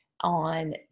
on